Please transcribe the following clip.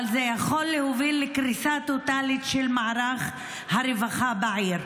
אבל זה יכול להוביל לקריסה טוטלית של מערך הרווחה בעיר.